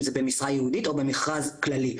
אם זה במשרה ייעודית או במרכז כללי.